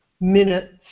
minutes